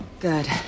Good